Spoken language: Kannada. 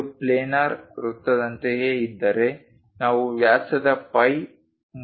ಇದು ಪ್ಲೇನರ್ ವೃತ್ತದಂತೆಯೇ ಇದ್ದರೆ ನಾವು ವ್ಯಾಸದ ಫೈ ಮೂಲಕ ಪ್ರತಿನಿಧಿಸುತ್ತೇವೆ